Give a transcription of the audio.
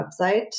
website